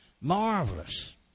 Marvelous